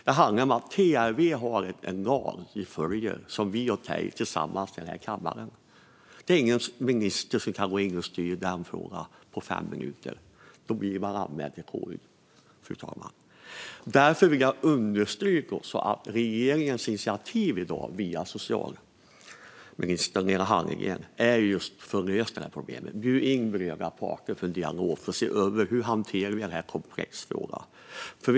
TLV har en lag att följa som vi i den här kammaren har sagt okej till tillsammans. Ingen minister kan gå in och styra i den frågan på fem minuter. Då blir man anmäld till KU. Därför vill jag understryka att regeringens initiativ via socialminister Lena Hallengren beror på att man vill lösa just det här problemet. Nu bjuds berörda parter in till dialog, för att se över hur vi ska hantera den här komplexa frågan.